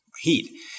heat